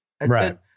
Right